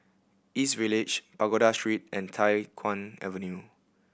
East Village Pagoda Street and Tai Hwan Avenue